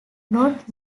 not